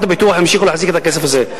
הביטוח ימשיכו להחזיק את הכסף הזה?